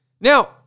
Now